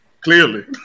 Clearly